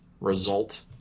result